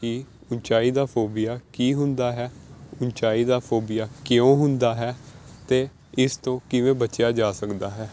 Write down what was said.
ਕਿ ਉੱਚਾਈ ਦਾ ਫੋਬੀਆ ਕੀ ਹੁੰਦਾ ਹੈ ਉੱਚਾਈ ਦਾ ਫੋਬੀਆ ਕਿਉਂ ਹੁੰਦਾ ਹੈ ਅਤੇ ਇਸ ਤੋਂ ਕਿਵੇਂ ਬਚਿਆ ਜਾ ਸਕਦਾ ਹੈ